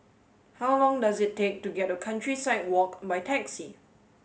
how long does it take to get to Countryside Walk by taxi